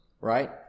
right